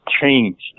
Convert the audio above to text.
changed